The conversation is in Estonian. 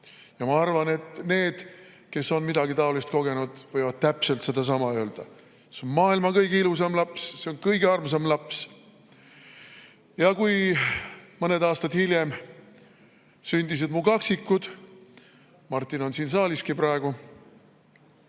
Ma arvan, et need, kes on midagi taolist kogenud, võivad täpselt sedasama öelda: "See on maailma kõige ilusam laps! See on kõige armsam laps!" Kui mõned aastad hiljem sündisid mu kaksikud – Martin on siin saaliski praegu